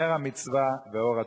נר המצווה ואור התורה.